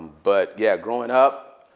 but yeah, growing up,